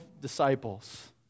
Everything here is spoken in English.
disciples